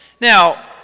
Now